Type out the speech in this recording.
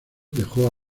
dejó